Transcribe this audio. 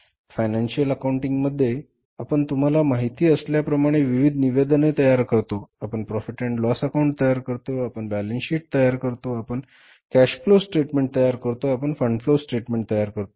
financial accounting मध्ये आंपण तुम्हाला माहिती असल्याप्रमाणे विविध निवेदने तयार करतो आपण प्रॉफिट अँड लॉस अकाउंट तयार करतो आपण बॅलन्स शीट तयार करतो आपण कॅश फ्लो स्टेटमेंट तयार करतो आपण फंड फ्लो स्टेटमेंट तयार करतो